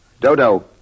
Dodo